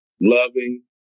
loving